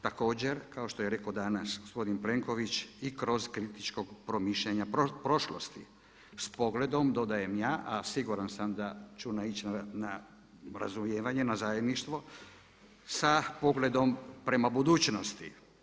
Također, kao što je rekao danas gospodin Plenković i kroz kritično promišljanje prošlosti, s pogledom dodajem ja a siguran sam da ću naići na razumijevanje, na zajedništvo sa pogledom prema budućnosti.